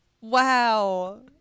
Wow